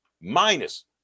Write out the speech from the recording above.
minus